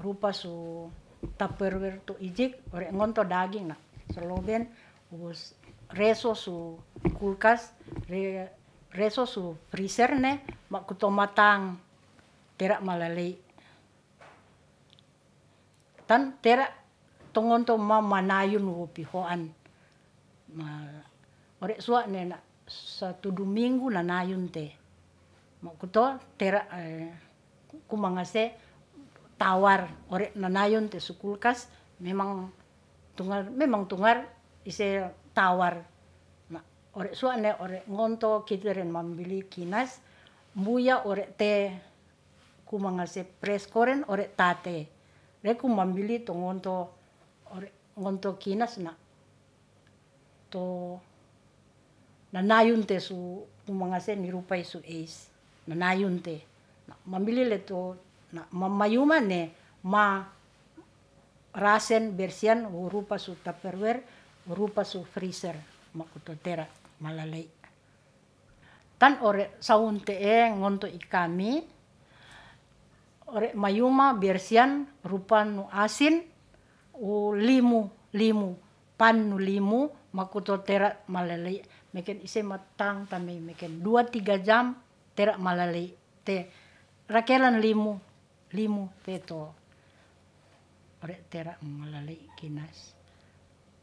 rupa su taperwer tu iject ore ngonto daging na soloben wus reso su kulkas reso su riserne makoto matang tera malalei. Tan tera to ngonto mamanayun wu pihoan, ore suwa'ne nas satu du minggu nanayun te mokoto tera kumangase tawar ore nanayun te su kulkas memang tungar, memang tungar ise tawar ore suwa'ne ore ngonto kite ren mambili kinas mbuya ore te kumangase preskoren ore tate weku mambili to ngonto ore ngonto kinas na, to nanayun te su tu mangase ni rupa isu eis, nanayun te mambili le to na' mamayumane ma rasen bersian wu rupa su taperwer wu rupa su friser makoto tera malalei. Tan ore sawunte'e ngonto i kami ore mayuma bersian rupa nu asin, wu limu, limu pan nu limu makoto tera malelei meken ise ma tangtan meymeken dua tiga jam tera malalei te rakelan limu, limu peto re tera malalei kinas